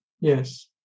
Yes